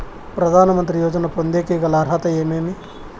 ప్రధాన మంత్రి యోజన పొందేకి గల అర్హతలు ఏమేమి?